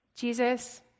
Jesus